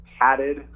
padded